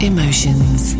Emotions